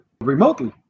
remotely